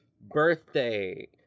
birthday